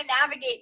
navigate